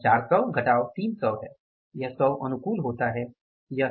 यह 400 300 है यह 100 अनुकूल होता है यह एफ है